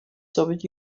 soviet